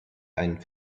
ein